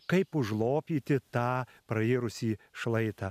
kaip užlopyti tą prairusį šlaitą